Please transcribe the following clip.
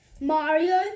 Mario